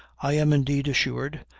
i am indeed assured,